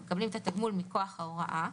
הם מקבלים את התגמול מכוח ההוראה.